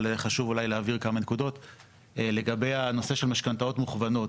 אבל חשוב אולי להבהיר כמה נקודות לגבי הנושא של משכנתאות מוכוונות,